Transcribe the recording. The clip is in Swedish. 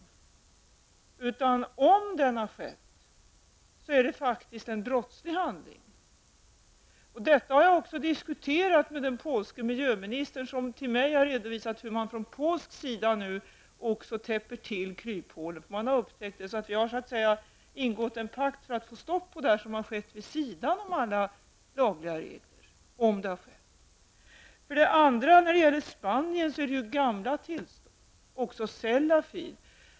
Om sådan export har skett, är det faktiskt fråga om en brottslig handling. Detta har jag också diskuterat med den polske miljöministern, som för mig har redovisat hur man nu även från polsk sida täpper till de kryphål som man har upptäckt. Vi har så att säga ingått en pakt för att få stopp på det som har skett vid sidan om alla lagliga regler, om nu något sådant har skett. När det gäller Spanien är det fråga om gamla tillstånd. Detta gäller också Sellafield.